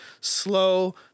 slow